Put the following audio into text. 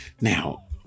Now